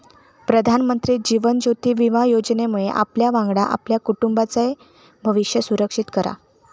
प्रधानमंत्री जीवन ज्योति विमा योजनेमुळे आपल्यावांगडा आपल्या कुटुंबाचाय भविष्य सुरक्षित करा